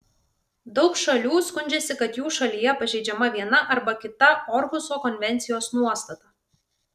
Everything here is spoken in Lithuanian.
daug šalių skundžiasi kad jų šalyje pažeidžiama viena arba kita orhuso konvencijos nuostata